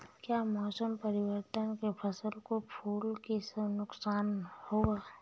क्या मौसम परिवर्तन से फसल को फूल के समय नुकसान होगा?